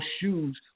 shoes